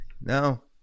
No